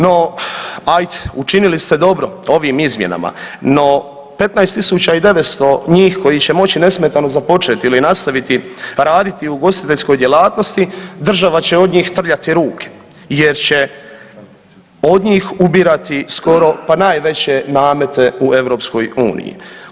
No ajd, učinili ste dobro ovim izmjenama, no 15.900 njih koji će moći nesmetano započeti ili nastaviti raditi u ugostiteljskoj djelatnosti država će od njih trljati ruke jer će od njih ubirati skoro pa najveće namete u EU.